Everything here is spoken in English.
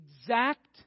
exact